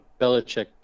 Belichick